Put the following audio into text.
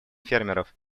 фермеров